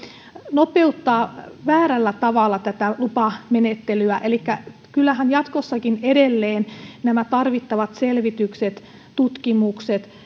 nopeuttaa väärällä tavalla tätä lupamenettelyä elikkä kyllähän jatkossakin edelleen nämä tarvittavat selvitykset tutkimukset